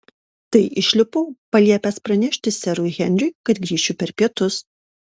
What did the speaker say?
tai išlipau paliepęs pranešti serui henriui kad grįšiu per pietus